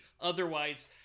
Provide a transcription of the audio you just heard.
otherwise